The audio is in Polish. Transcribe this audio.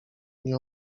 nie